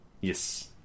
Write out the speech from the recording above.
Yes